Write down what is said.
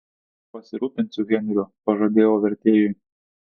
pasirūpinsiu henriu pažadėjau vertėjui